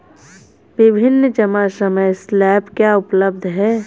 विभिन्न जमा समय स्लैब क्या उपलब्ध हैं?